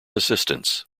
assistants